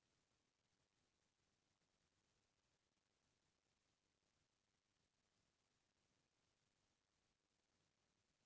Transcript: धान के छोड़े अउ जेन भी फसल ल सरकार ह बिसाथे सब्बो के पइसा ल बेंक खाता म डारथे